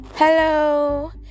Hello